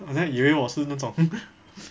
好像以为我是那种